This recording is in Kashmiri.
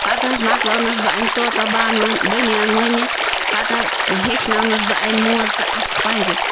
پَتہٕ حظ مۄکلٲونَس بہٕ أمۍ طوطہ بانوَن بٔنیان ووٗنِتھ پَتہٕ حظ ہیٚچھنٲونَس بہٕ امہِ موزٕ تہٕ اَتھٕ پَنجہِ